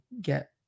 get